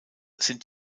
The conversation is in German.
sind